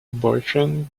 boyfriend